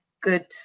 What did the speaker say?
good